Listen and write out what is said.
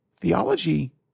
theology